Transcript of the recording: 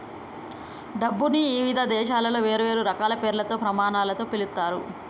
డబ్బుని ఇవిధ దేశాలలో వేర్వేరు రకాల పేర్లతో, ప్రమాణాలతో పిలుత్తారు